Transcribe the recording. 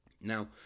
Now